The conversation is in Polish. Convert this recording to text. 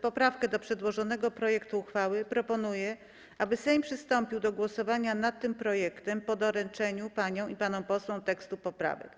poprawkę do przedłożonego projektu uchwały, proponuję, aby Sejm przystąpił do głosowania nad tym projektem po doręczeniu paniom i panom posłom tekstu poprawki.